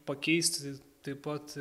pakeisti taip pat